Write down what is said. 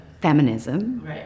Feminism